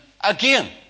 again